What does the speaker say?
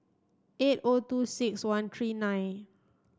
eight O two six one three nine